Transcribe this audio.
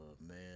man